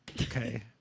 Okay